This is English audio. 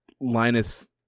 linus